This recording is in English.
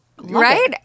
Right